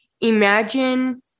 Imagine